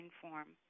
form